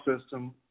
system